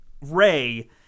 Ray